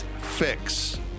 fix